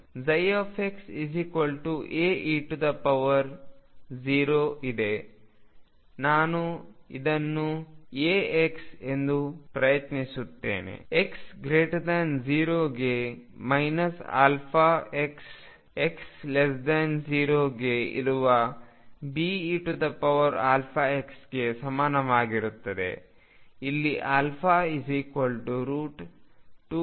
xAe ಇದೆ ನಾನು ಇದನ್ನು αx ಎಂದು ಪ್ರಯತ್ನಿಸುತ್ತೇನೆ x0 ಗೆ αxx0ಗೆ ಇರುವ Beαx ಗೆ ಸಮಾನವಾಗಿರುತ್ತದೆ ಇಲ್ಲಿ α2m2